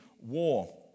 war